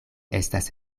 estas